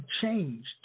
changed